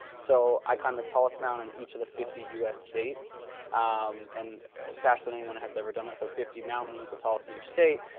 so i climbed the tallest mountain in each of the fifty u s. states um and faster than anyone has ever done it. so fifty mountains, the tallest in each state,